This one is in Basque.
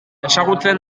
ezagutzen